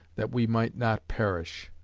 that we might not perish.